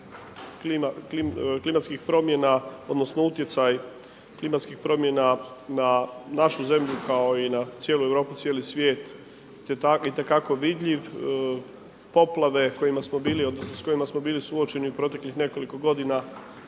klimatskih promjena, odnosno utjecaj klimatskih promjena na našu zemlju kao i na cijelu Europu i cijeli svijet itekako vidljiv. Poplave kojima smo bili, odnosno s kojima smo bili suočeni u proteklih nekoliko godina,